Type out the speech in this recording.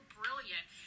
brilliant